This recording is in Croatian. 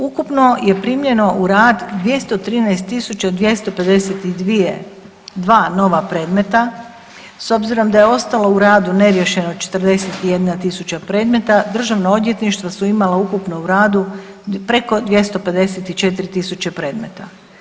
Ukupno je primljeno u rad 213.252 nova predmeta, s obzirom da je ostalo u radu neriješeno 41.000 predmeta državna odvjetništva su imala ukupno u radu preko 254.000 predmeta.